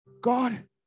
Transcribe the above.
God